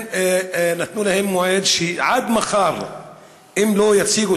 נתנו להם מועד: אם עד מחר הם לא יציגו